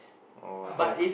oh I thought is